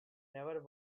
never